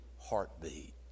heartbeat